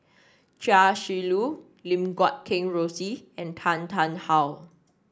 Chia Shi Lu Lim Guat Kheng Rosie and Tan Tarn How